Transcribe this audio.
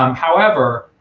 um however,